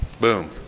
Boom